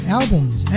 albums